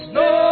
no